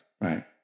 Right